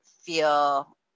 feel